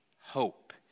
hope